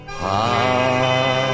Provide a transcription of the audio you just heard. heart